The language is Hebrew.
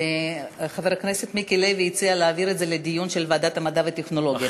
חבר הכנסת מיקי לוי הציע להעביר את זה לדיון בוועדת המדע והטכנולוגיה.